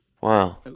Wow